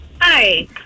Hi